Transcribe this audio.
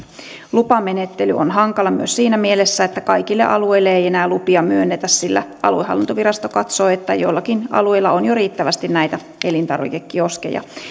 lupamenettely on hankala myös siinä mielessä että kaikille alueille ei enää lupia myönnetä sillä aluehallintovirasto katsoo että joillakin alueilla on jo riittävästi näitä elintarvikekioskeja